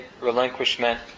relinquishment